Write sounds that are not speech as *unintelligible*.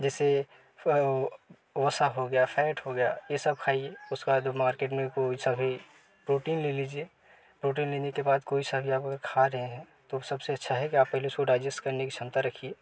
जैसे वसा हो गया फैट हो गया यह सब खाइए उसका जो मार्केट में *unintelligible* प्रोटीन ले लीजिए प्रोटीन के बाद कोई सा भी आप खा रहे हैं तो सबसे अच्छा है पहले उसे डाइजेस्ट करने की क्षमता रखिए